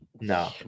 No